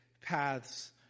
paths